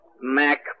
Mac